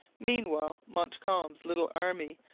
meanwhile montcalm's little army,